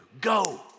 Go